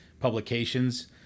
publications